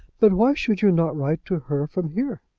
but why should you not write to her from here?